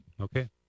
Okay